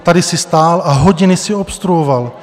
Tady jsi stál a hodiny jsi obstruoval.